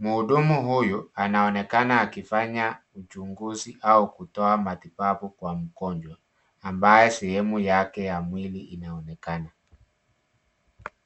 Mhudumu huyu anaonekana akifanya uchunguzi au kutoa matibabu kwa mgonjwa ambaye sehemu yake ya mwili inaonekana.